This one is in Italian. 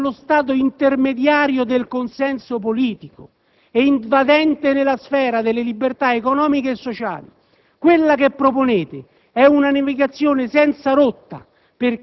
ma dello Stato intermediario del consenso politico e invadente nella sfera delle libertà economiche e sociali. Quella che proponete è una navigazione senza rotta,